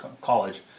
college